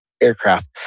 aircraft